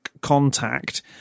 contact